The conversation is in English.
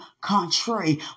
contrary